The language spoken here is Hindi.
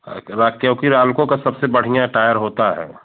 ऐ के बाद क्योंकि रालको का सबसे बढ़िया टायर होता है